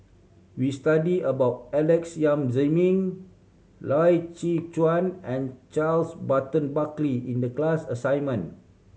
we studied about Alex Yam Ziming Loy Chye Chuan and Charles Burton Buckley in the class assignment